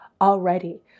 already